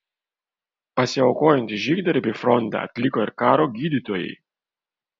pasiaukojantį žygdarbį fronte atliko ir karo gydytojai